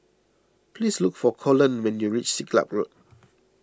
please look for Colon when you reach Siglap Road